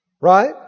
Right